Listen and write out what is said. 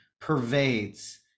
pervades